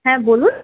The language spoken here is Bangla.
হ্যাঁ বলুন